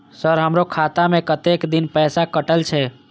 Sir हमारो खाता में कतेक दिन पैसा कटल छे?